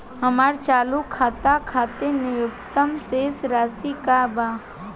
हमार चालू खाता के खातिर न्यूनतम शेष राशि का बा?